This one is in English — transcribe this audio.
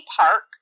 park